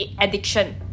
addiction